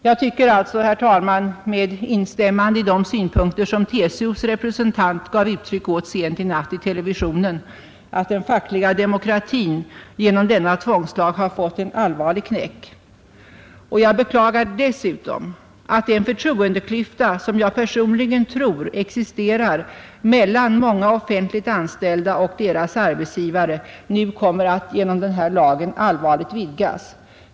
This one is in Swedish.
Jag tycker med instämmande i de synpunkter som TCO s representant gav uttryck åt sent i natt i televisionen att den fackliga demokratin genom denna tvångslag har fått en allvarlig knäck. Jag beklagar dessutom att den förtroendeklyfta som jag personligen tror existerar mellan många offentliganställda och deras arbetsgivare nu kommer att genom denna lag allvarligt vidgas.